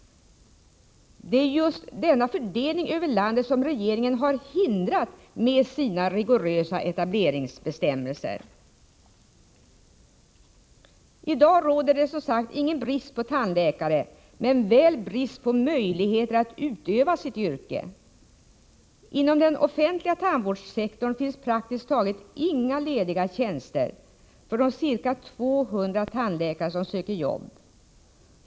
Det är just denna fördelning över landet som regeringen har hindrat med sina rigorösa etableringsbestämmelser. I dag råder det som sagt ingen brist på tandläkare, men väl brist på möjligheter för tandläkarna att utöva sitt yrke. Inom den offentliga tandvårdssektorn finns praktiskt taget inga lediga tjänster för de ca 200 tandläkare som söker jobb.